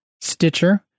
Stitcher